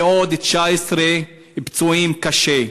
ועוד 19 פצועים קשה.